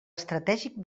estratègic